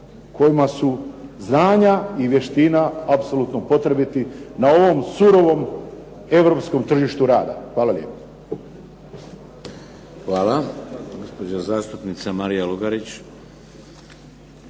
kojima su znanje i vještina apsolutno potrebiti na ovom surovom Europskom tržištu rada. Hvala lijepo. **Šeks, Vladimir (HDZ)** Hvala. Gospođa zastupnica Marija Lugarić.